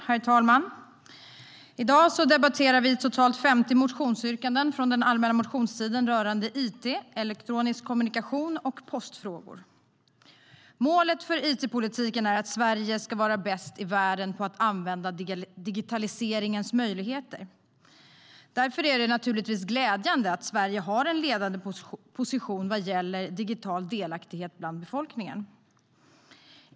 Herr talman! I dag debatterar vi totalt 50 motionsyrkanden från den allmänna motionstiden rörande it, elektronisk kommunikation och postfrågor. Målet för it-politiken är att Sverige ska vara bäst i världen på att använda digitaliseringens möjligheter. Därför är det naturligtvis glädjande att Sverige har en ledande position vad gäller digital delaktighet bland befolkningen.